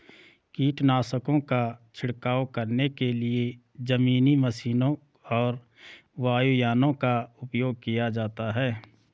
कीटनाशकों का छिड़काव करने के लिए जमीनी मशीनों और वायुयानों का उपयोग किया जाता है